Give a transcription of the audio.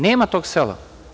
Nema tog sela.